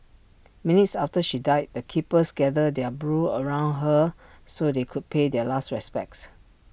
minutes after she died the keepers gathered their brood around her so they could pay their last respects